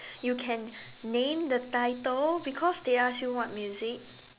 you can name the title because they asked you what music